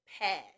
past